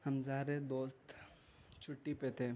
ہم سارے دوست چھٹی پہ تھے